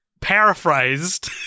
paraphrased